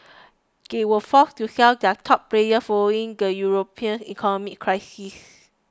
they were forced to sell their top players following the European economic crisis